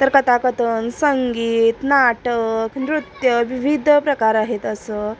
तर कथाकथन संगीत नाटक नृत्य विविध प्रकार आहेत असं